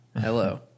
Hello